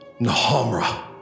Nahamra